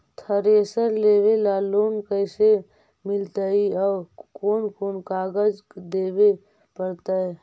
Thresher लेबे ल loan कैसे मिलतइ और कोन कोन कागज देबे पड़तै?